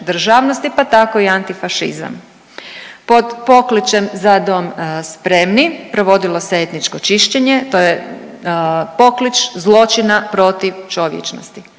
pa tako i antifašizam. Pod pokličem „Za dom spremni!“ provodilo se etničko čišćenje, to je poklič zločina protiv čovječnosti